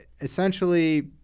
essentially